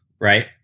right